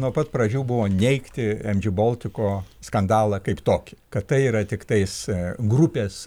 nuo pat pradžių buvo neigti em džy boltiko skandalą kaip tokį kad tai yra tiktais grupės